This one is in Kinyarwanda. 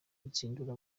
rutsindura